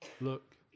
look